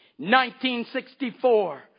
1964